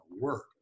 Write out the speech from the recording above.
work